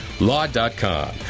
Law.com